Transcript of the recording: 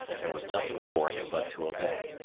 there was nothing for it but to obey.